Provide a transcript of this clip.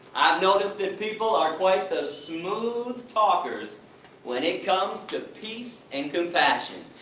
noticed that people are quite the smooth talkers when it comes to peace and compassion.